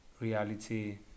reality